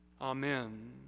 Amen